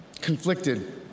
conflicted